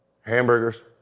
Hamburgers